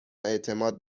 اعتماد